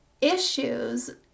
issues